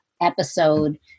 episode